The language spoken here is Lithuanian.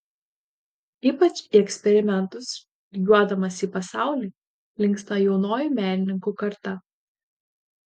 ypač į eksperimentus lygiuodamasi į pasaulį linksta jaunoji menininkų karta